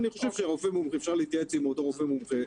אני חושב שאפשר להתייעץ עם אותו רופא מומחה.